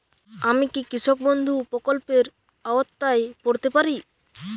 আমি কি কৃষক বন্ধু প্রকল্পের আওতায় পড়তে পারি?